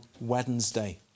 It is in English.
Wednesday